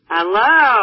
Hello